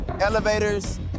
elevators